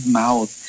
mouth